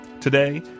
Today